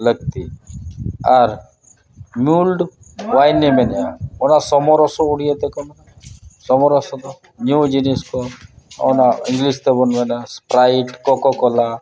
ᱞᱟᱹᱠᱛᱤ ᱟᱨ ᱢᱩᱞᱰ ᱚᱱᱟ ᱥᱚᱢᱚᱨᱚᱥ ᱩᱲᱤᱭᱟᱹ ᱛᱮᱠᱚ ᱢᱮᱱᱮᱜᱼᱟ ᱥᱚᱢᱚ ᱨᱚᱥᱚ ᱫᱚ ᱧᱩ ᱡᱤᱱᱤᱥ ᱠᱚ ᱚᱱᱟ ᱤᱝᱞᱤᱥ ᱛᱮᱵᱚᱱ ᱢᱮᱱᱟ ᱮᱥᱯᱨᱟᱭᱤᱴ ᱠᱳᱠᱚ ᱠᱚᱞᱟ